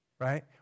right